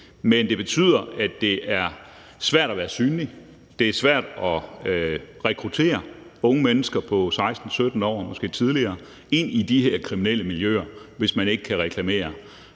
men det betyder, at det er svært at være synlig. Det er svært at rekruttere unge mennesker på 16-17 år, måske yngre, ind i de her kriminelle miljøer, hvis man ikke kan reklamere.